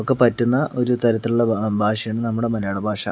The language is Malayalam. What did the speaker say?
ഒക്കെ പറ്റുന്ന ഒരു തരത്തിലുള്ള ഭാഷയാണ് നമ്മുടെ മലയാള ഭാഷ